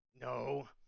No